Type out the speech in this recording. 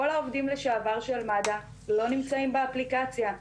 כל העובדים לשעבר של מד"א לא נמצאים באפליקציה,